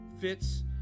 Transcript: fits